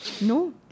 No